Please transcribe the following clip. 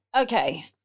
Okay